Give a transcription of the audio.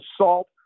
assault